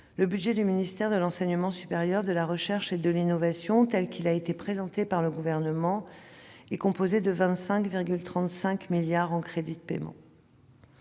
le budget du ministère de l'enseignement supérieur, de la recherche et de l'innovation, tel qu'il a été présenté par le Gouvernement, est composé de 25,35 milliards d'euros en crédits de paiement.